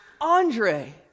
Andre